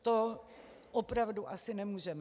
To opravdu asi nemůžeme.